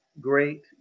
great